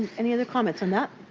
any other comments on that,